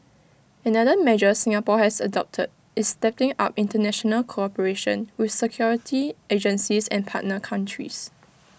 another measure Singapore has adopted is stepping up International cooperation with security agencies and partner countries